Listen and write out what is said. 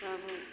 तब